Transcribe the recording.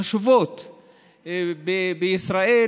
מהחשובות בישראל,